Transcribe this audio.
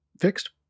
fixed